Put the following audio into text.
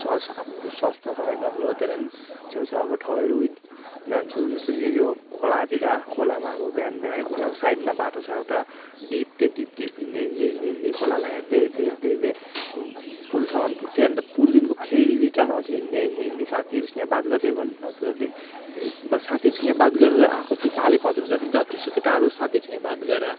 स्वास आफ्नो स्वास्थ्यको लागि पनि राम्रो हो त्यही लागि छेउछाउको ठाउँहरू जान्छौँ जस्तो कि यो खोलातिर खोलामा अब बिहान बिहानै खोलाको साइडमा बाटो छ एउटा ढिप त्यो ढिप ढिप हिँड्दै हिँड्दै हिँड्दै हिँड्दै खोलालाई हेर्दै हेर्दै हेर्दै हेर्दै पुलसम्म पुग्थ्यौँ अन्त पुलदेखिको फेरि रिटर्न आउँथ्यौँ हिँड्दै हिँड्दै हिँड्दै साथीहरूसँग बात गर्दै गर्दै बात गर्दै त्यही साथीहरूसँग बात गरेर आएको चाहिँ चालै पाउँदैन जति जतिसुकै टाढो होस् साथीहरूसँग बात गरेर